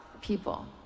people